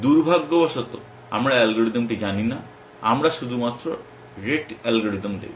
দুর্ভাগ্যবশত আমরা অ্যালগরিদমটি জানি না আমরা শুধুমাত্র rete অ্যালগরিদম দেখব